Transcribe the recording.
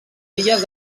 illes